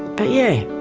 but yeah, a